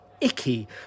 icky